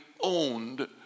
owned